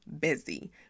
busy